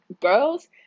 girls